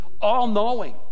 all-knowing